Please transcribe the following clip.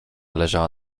leżała